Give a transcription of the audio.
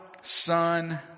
Son